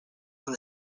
from